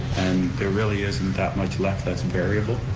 and there really isn't that much left that's variable,